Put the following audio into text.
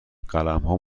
قلمها